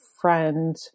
friend